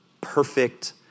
perfect